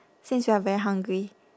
since you are very hungry